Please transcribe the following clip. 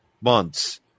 months